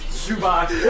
shoebox